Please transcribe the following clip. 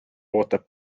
ootab